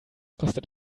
kostet